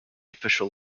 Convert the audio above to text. official